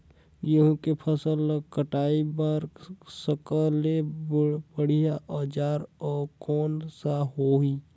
गहूं के फसल ला कटाई बार सबले बढ़िया औजार कोन सा होही?